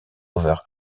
over